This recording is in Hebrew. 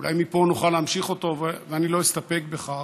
אולי מפה נוכל להמשיך אותו, ואני לא אסתפק בכך,